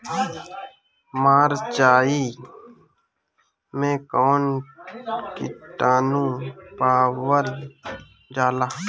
मारचाई मे कौन किटानु पावल जाला?